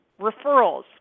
referrals